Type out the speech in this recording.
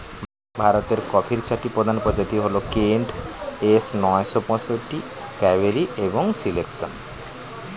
ভারতের কফির চারটি প্রধান প্রজাতি হল কেন্ট, এস নয়শো পঁয়ষট্টি, কাভেরি এবং সিলেকশন